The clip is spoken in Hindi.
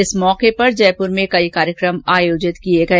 इस अवसर पर जयपुर में कई कार्यक्रम आयोजित किए गए